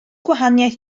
gwahaniaeth